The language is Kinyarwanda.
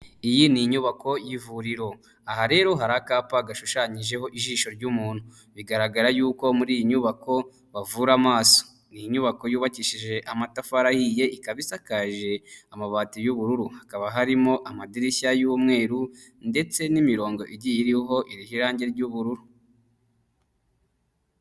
Iyi ni inyubako y'ivuriro aha rero hari akapa gashushanyijeho ijisho ry'umuntu bigaragara yuko muri iyi nyubako bavura amaso ni nyubako yubakishije amatafarihiye ikaba isakaje amabati y'ubururu hakaba harimo amadirishya y'umweru ndetse n'imirongo igiye iriho iriho irangi ry'ubururu.